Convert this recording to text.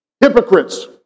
hypocrites